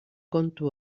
kontu